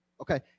Okay